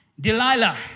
Delilah